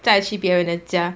载去别人的家